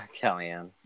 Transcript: Kellyanne